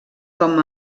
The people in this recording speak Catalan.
com